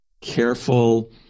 careful